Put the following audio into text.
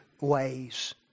ways